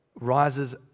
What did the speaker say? rises